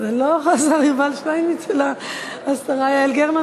זה לא השר יובל שטייניץ אלא השרה יעל גרמן.